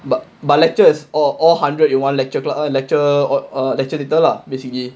but but lectures all all hundred in one lecture lecture lecture theatre lah basically